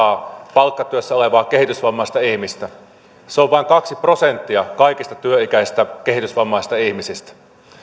palkkatyössä olevaa kehitysvammaista ihmistä se on vain kaksi prosenttia kaikista työikäisistä kehitysvammaisista ihmisistä